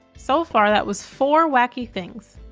so far that was four wacky things.